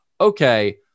okay